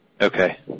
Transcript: Okay